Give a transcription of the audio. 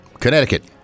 Connecticut